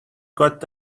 got